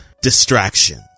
distraction